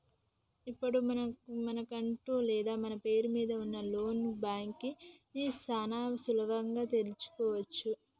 ఇప్పుడు మనకాకట్టం లేదు మన పేరు మీద ఉన్న లోను బాకీ ని సాన సులువుగా తెలుసుకోవచ్చు